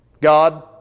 God